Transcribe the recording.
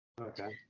okay